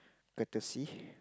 courtesy